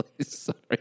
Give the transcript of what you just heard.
sorry